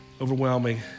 overwhelming